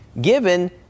given